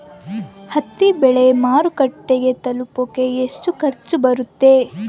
ಹತ್ತಿ ಬೆಳೆ ಮಾರುಕಟ್ಟೆಗೆ ತಲುಪಕೆ ಎಷ್ಟು ಖರ್ಚು ಬರುತ್ತೆ?